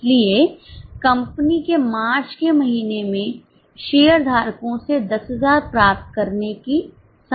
इसलिए कंपनी के मार्च के महीने में शेयरधारकों से 10000 प्राप्त करने की संभावना है